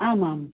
आम् आम्